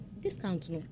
discount